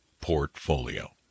portfolio